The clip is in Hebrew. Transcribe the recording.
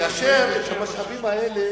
כאשר מחלקים את המשאבים האלה,